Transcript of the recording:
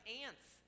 ants